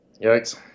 Yikes